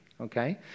okay